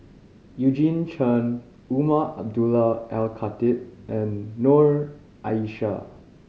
Eugene Chen Umar Abdullah Al Khatib and Noor Aishah